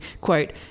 quote